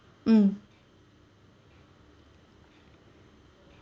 mm